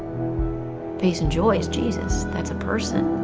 peace and joy is jesus. that's a person.